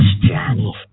Johnny